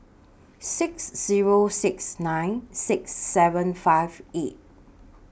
six Zero six nine six seven five eight